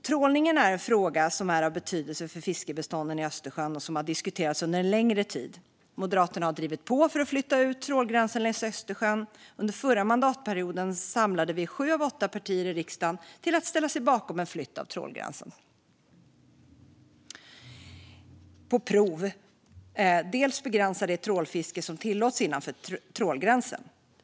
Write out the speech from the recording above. Trålningen är en fråga som är av betydelse för fiskbestånden i Östersjön, och den har diskuterats under en längre tid. Moderaterna har drivit på för att flytta ut trålgränsen längs Östersjön, och under förra mandatperioden samlade vi sju av åtta partier i riksdagen till att ställa sig bakom dels en flytt av trålgränsen på prov, dels en begränsning av det fiske som tillåts innanför trålgränsen.